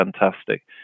fantastic